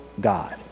God